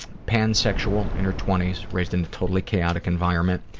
pansexual, in her twenties, raised in a totally chaotic environment.